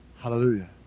Hallelujah